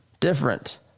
different